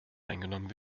eingenommen